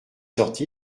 sorti